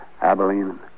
Abilene